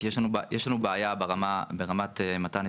כי יש לנו בעיה ברמת מתן היתרים.